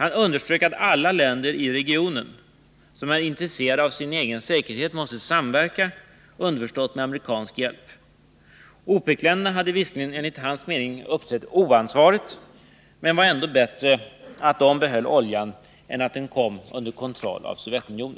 Han underströk att alla länder i regionen som är intresserade av sin egen säkerhet måste samverka, underförstått med amerikansk hjälp. OPEC-länderna hade visserligen enligt hans mening uppträtt oansvarigt, men det skulle ändå vara bättre att oljan vore i deras händer än i Sovjets. 5